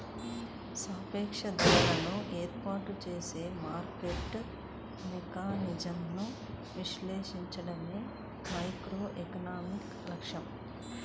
సాపేక్ష ధరలను ఏర్పాటు చేసే మార్కెట్ మెకానిజమ్లను విశ్లేషించడమే మైక్రోఎకనామిక్స్ లక్ష్యం